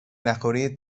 نخوری